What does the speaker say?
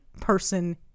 person